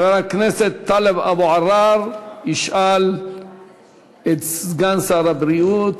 חבר הכנסת טלב אבו עראר ישאל את סגן שר הבריאות.